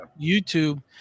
YouTube